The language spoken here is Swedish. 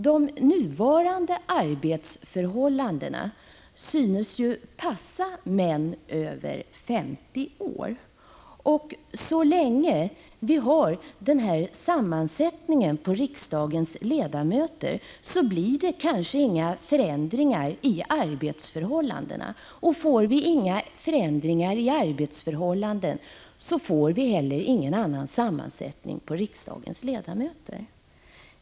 De nuvarande arbetsförhållandena synes ju passa män över 50 år. Så länge riksdagen har denna sammansättning av ledamöter, blir det kanske inga förändringar av arbetsförhållandena. Och får vi inga förändringar av arbetsförhållandena, får vi heller ingen annan sammansättning av riksdagens ledamöter.